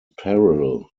peril